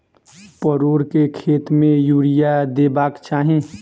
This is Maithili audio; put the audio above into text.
परोर केँ खेत मे यूरिया देबाक चही?